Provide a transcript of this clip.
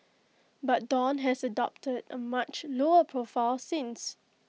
but dawn has adopted A much lower profile since